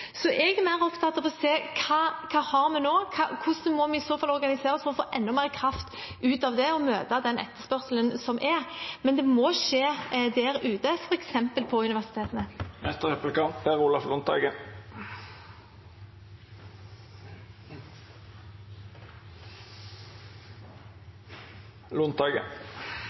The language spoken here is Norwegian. mer opptatt av å se på hva vi har nå, hvordan vi i må organisere oss for å få enda mer kraft ut av det og møte den etterspørselen som finnes. Men det må skje der ute, f.eks. på universitetene.